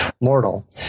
mortal